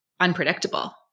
unpredictable